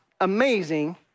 amazing